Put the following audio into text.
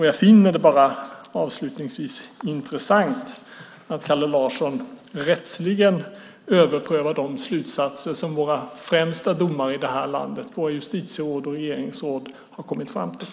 Jag finner det, avslutningsvis, intressant att Kalle Larsson rättsligen överprövar de slutsatser som våra främsta domare i landet, våra justitieråd och regeringsråd, har kommit fram till.